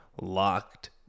locked